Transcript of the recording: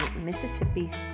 Mississippi's